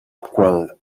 quel